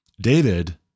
David